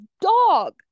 dog